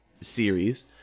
series